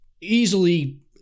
easily